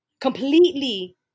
Completely